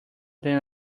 than